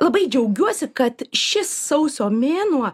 labai džiaugiuosi kad šis sausio mėnuo